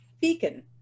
beacon